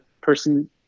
person